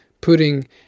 putting